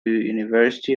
university